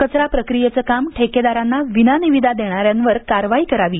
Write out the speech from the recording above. कचरा प्रक्रियेचं काम ठेकेदारांना विनानिविदा देणा यांवर कारवाई करावी